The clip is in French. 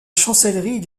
chancellerie